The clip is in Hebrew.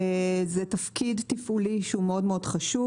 את תפקידו זה תפקיד תפעולי שהוא מאוד מאוד חשוב